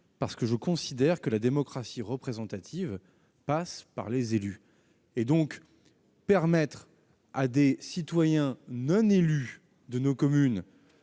parce que je considère que la démocratie représentative passe par les élus. Le fait de permettre à des citoyens non élus de représenter